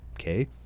okay